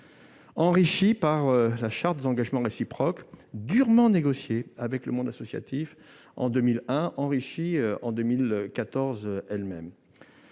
enrichie par la charte des engagements réciproques, durement négociée avec le monde associatif en 2001, puis enrichie en 2014. Je ne